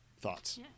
Thoughts